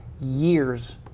years